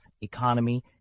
economy